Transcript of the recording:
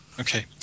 Okay